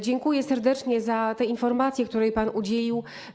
Dziękuję serdecznie za tę informację, której pan udzielił.